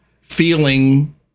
feeling